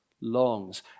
longs